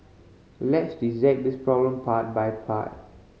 let's dissect this problem part by part